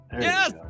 Yes